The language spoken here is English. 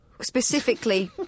specifically